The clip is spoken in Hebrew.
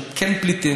שהם כן פליטים,